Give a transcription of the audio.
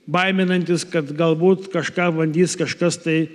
baiminantis kad galbūt kažką bandys kažkas tai